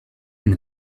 and